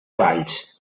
valls